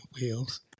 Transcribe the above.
wheels